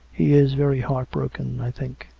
he is very heart-broken, i think.